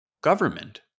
government